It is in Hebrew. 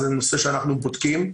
זה נושא שאנחנו בודקים.